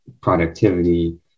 productivity